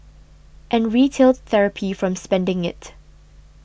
and retail therapy from spending it